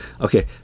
Okay